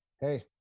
Hey